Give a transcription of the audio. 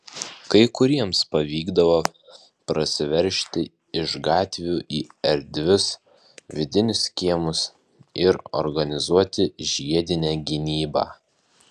kai kuriems pavykdavo prasiveržti iš gatvių į erdvius vidinius kiemus ir organizuoti žiedinę gynybą